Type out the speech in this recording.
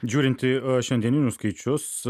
žiūrint į šiandieninius skaičius